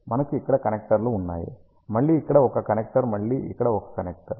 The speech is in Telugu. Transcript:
మనకు ఇక్కడ కనెక్టర్లు ఉన్నాయి మళ్ళీ ఇక్కడ ఒక కనెక్టర్ మళ్ళీ ఇక్కడ ఒక కనెక్టర్